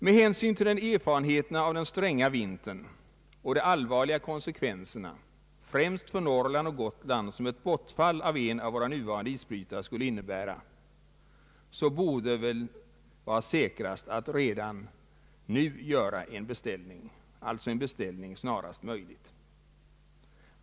Med hänsyn till erfarenheten av den stränga vintern och till de allvarliga konsekvenser främst för Norrland och Gotland som ett bortfall av en av våra nuvarande isbrytare skulle innebära borde det väl vara säkrast att göra en beställning snarast möjligt.